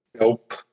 nope